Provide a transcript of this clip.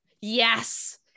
yes